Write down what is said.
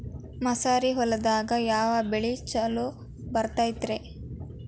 ಮಸಾರಿ ಹೊಲದಾಗ ಯಾವ ಬೆಳಿ ಛಲೋ ಬರತೈತ್ರೇ?